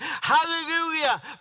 hallelujah